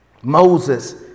Moses